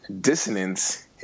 dissonance